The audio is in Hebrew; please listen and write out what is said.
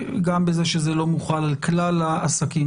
גם בזה שזה לא מוחל על כלל העסקים.